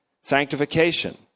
sanctification